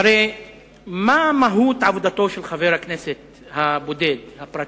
הרי מה מהות עבודתו של חבר הכנסת הבודד, הפרטי?